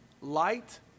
Light